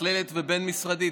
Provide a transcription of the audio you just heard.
מתכללת ובין-משרדית,